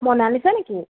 মনালিছা নেকি